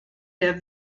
der